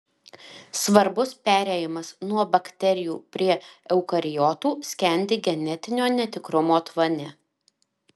svarbus perėjimas nuo bakterijų prie eukariotų skendi genetinio netikrumo tvane